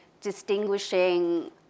distinguishing